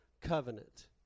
covenant